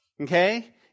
Okay